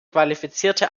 qualifizierte